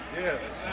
Yes